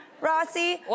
Rossi